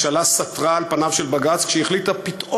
שהתכוונו לעסוק בסוגיית הכותל והבגידה ביהדות התפוצות,